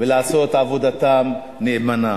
ולעשות את עבודתם נאמנה.